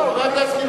חבר הכנסת